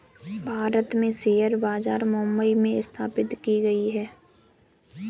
भारत में शेयर बाजार मुम्बई में स्थापित की गयी है